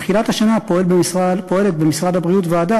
מתחילת השנה פועלת במשרד הבריאות ועדה